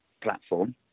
platform